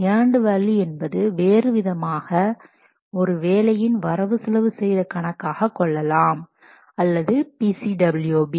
earned value என்பது வேறு விதமாக ஒரு வேலையின் வரவு செலவு செய்த கணக்காக கொள்ளலாம் அல்லது BCWP